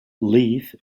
leave